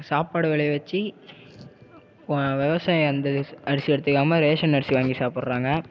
சாப்பாடு விலைய வெச்சி விவசாயி அந்த அரிசி எடுத்துக்காமல் ரேஷன் அரிசி வாங்கி சாப்பிட்றாங்க